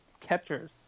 catchers